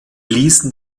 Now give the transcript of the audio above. ließen